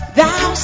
Thou